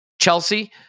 Chelsea